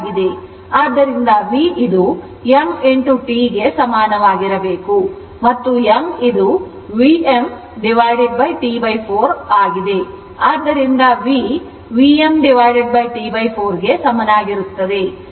ಆದ್ದರಿಂದ v ಇದು m T ಗೆ ಸಮನಾಗಿರಬೇಕು ಮತ್ತು m ಇದು Vm T4 ಆಗಿದೆ ಆದ್ದರಿಂದ v Vm T4 ಗೆ ಸಮನಾಗಿರುತ್ತದೆ